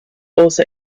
also